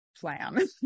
plan